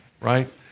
Right